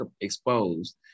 exposed